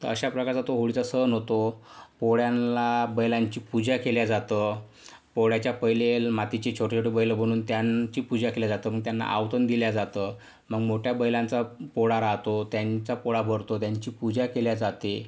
तर अशा प्रकारचा तो होळीचा सण होतो पोळ्याला बैलांची पूजा केल्या जातं पोळ्याच्या पहिले मातीचे छोटे छोटे बैल बनवून त्यांची पूजा केल्या जातं मग त्यांना आवतण दिल्या जातं मग मोठ्या बैलांचा पोळा राहतो त्यांचा पोळा भरतो त्यांची पूजा केल्या जाते